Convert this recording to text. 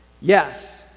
Yes